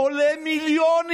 זה עולה מיליונים.